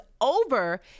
over